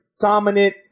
dominant